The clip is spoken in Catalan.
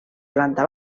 planta